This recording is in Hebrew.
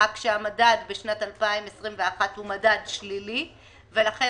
רק שהמדד בשנת 2021 הוא מדד שלילי ולכן